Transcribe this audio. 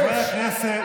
תתבייש לך.